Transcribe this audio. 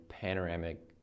panoramic